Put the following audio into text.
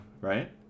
right